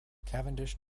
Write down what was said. cavendish